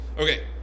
Okay